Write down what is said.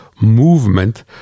movement